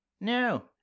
No